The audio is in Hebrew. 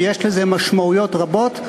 ויש לזה משמעויות רבות,